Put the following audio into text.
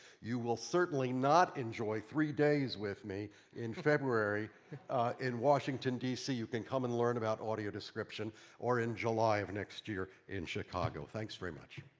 you will certainly not enjoy three days with me in february in washington, d c. you can come and learn about audio description or in july of next year in chicago. thanks very much.